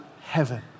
heaven